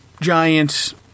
Giants